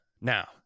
now